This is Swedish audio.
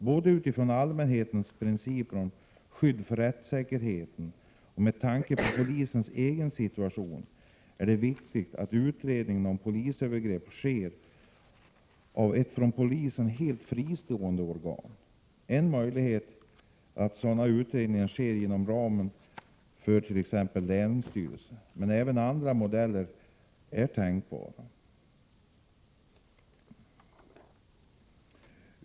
Både utifrån allmänna principer om skydd för rättssäkerheten och med tanke på polisens egen situation, är det viktigt att utredningar om polisövergrepp sker av ett från polisen helt fristående organ. En möjlighet är att sådana utredningar sker inom ramen för t.ex. länsstyrelsen. Men även andra modeller är tänkbara.